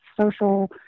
social